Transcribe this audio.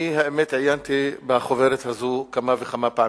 אני, האמת, עיינתי בחוברת הזו כמה וכמה פעמים.